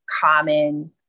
common